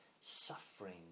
suffering